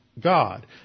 God